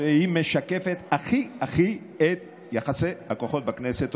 שהיא משקפת הכי הכי את יחסי הכוחות בכנסת.